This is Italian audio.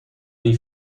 dei